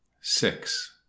six